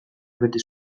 bete